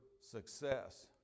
success